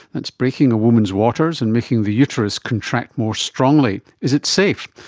that's breaking a woman's waters and making the uterus contract more strongly. is it safe?